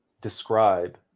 describe